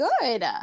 good